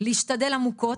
להשתדל עמוקות.